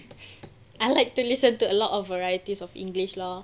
I like to listen to a lot of varieties of english lor